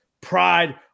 pride